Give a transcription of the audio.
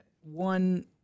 one